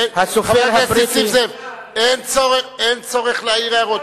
אין צורך להעיר הערות.